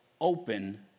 open